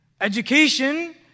Education